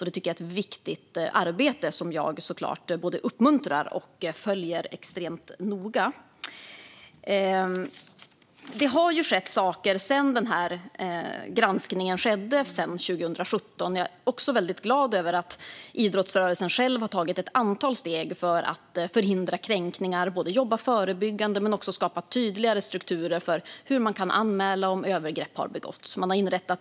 Detta är ett viktigt arbete, som jag såklart både uppmuntrar och följer extremt noga. Det har skett saker sedan granskningen 2017. Jag är glad över att idrottsrörelsen själv har tagit ett antal steg för att för att förhindra kränkningar, jobba förebyggande och skapa tydligare strukturer för hur man kan anmäla om övergrepp har begåtts.